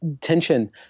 tension